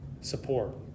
support